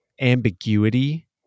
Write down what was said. ambiguity